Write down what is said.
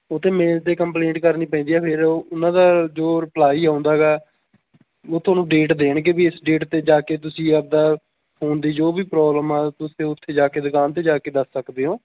ਉਹ 'ਤੇ ਮੇਲ 'ਤੇ ਕੰਪਲੇਂਟ ਕਰਨੀ ਪੈਂਦੀ ਆ ਫਿਰ ਉਹ ਉਹਨਾਂ ਦਾ ਜੋ ਰਿਪਲਾਈ ਆਉਂਦਾ ਗਾ ਉਹ ਤੁਹਾਨੂੰ ਡੇਟ ਦੇਣਗੇ ਵੀ ਇਸ ਡੇਟ 'ਤੇ ਜਾ ਕੇ ਤੁਸੀਂ ਆਪਣਾ ਫੋਨ ਦੀ ਜੋ ਵੀ ਪ੍ਰੋਬਲਮ ਆ ਤੁਸੀਂ ਉੱਥੇ ਜਾ ਕੇ ਦੁਕਾਨ 'ਤੇ ਜਾ ਕੇ ਦੱਸ ਸਕਦੇ ਹੋ